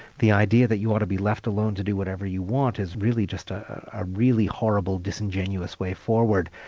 the idea that you ought to be left alone to do whatever you want is really just a ah really horrible, disingenuous way forward,